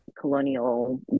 colonial